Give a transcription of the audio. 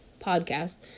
podcast